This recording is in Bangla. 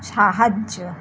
সাহায্য